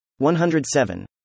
107